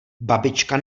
babička